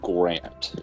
Grant